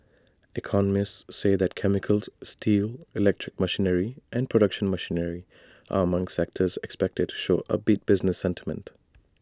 economists say that chemicals steel electric machinery and production machinery are among sectors expected to show upbeat business sentiment